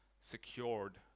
secured